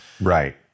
Right